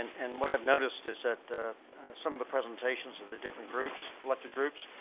and and what i've noticed is that some of the presentations of the different groups, elected groups,